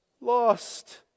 lost